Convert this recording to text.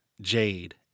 jade